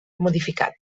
modificat